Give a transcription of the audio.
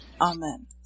Amen